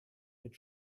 mit